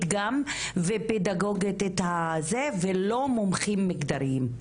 גם ופדגוגית את הזה ולא מומחים מגדריים.